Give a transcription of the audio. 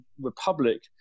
republic